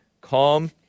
calm